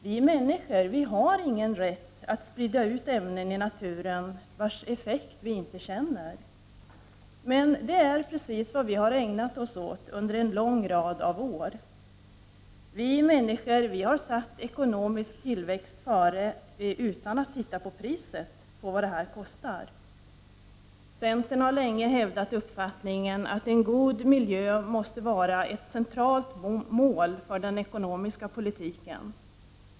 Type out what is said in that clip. Vi människor har ingen rätt att sprida ut ämnen i naturen vars effekt vi inte känner. Men det är vad vi har ägnat oss åt under en lång rad av år. Vi människor har satt ekonomisk tillväxt främst, utan att titta på priset. Centern har länge hävdat uppfattningen att en god miljö måste vara ett centralt mål för den ekonomiska politiken.